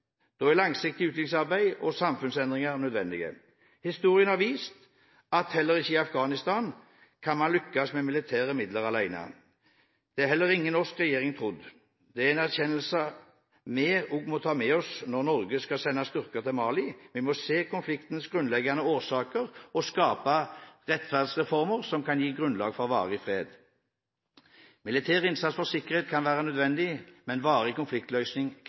Da er langsiktig utviklingsarbeid og samfunnsendring nødvendig. Historien har vist at heller ikke i Afghanistan kan man lykkes med militære midler alene. Det har heller ingen norsk regjering trodd. Det er en erkjennelse vi også må ta med oss når Norge nå skal sende styrker til Mali. Vi må se konfliktens grunnleggende årsaker og skape rettferdsreformer som kan gi grunnlag for varig fred. Militær innsats for sikkerhet kan være nødvendig, men varig konfliktløsning